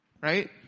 Right